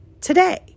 today